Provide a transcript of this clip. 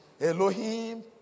Elohim